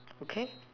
okay